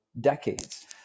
decades